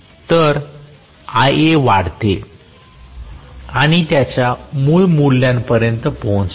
तर Ia वाढते आणि त्याच्या मूळ मूल्यापर्यंत पोहोचते